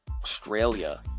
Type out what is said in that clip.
Australia